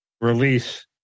release